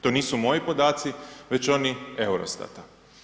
To nisu moji podaci već oni Eurostata.